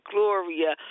Gloria